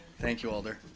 thank you alder.